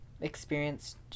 experienced